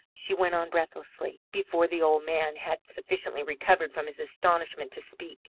she went on breathlessly, before the old man had sufficiently recovered from his astonishment to speak,